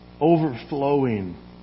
overflowing